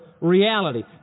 reality